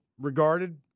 regarded